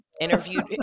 Interviewed